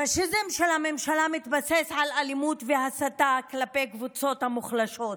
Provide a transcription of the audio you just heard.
הפשיזם של הממשלה מתבסס על אלימות והסתה כלפי קבוצות מוחלשות,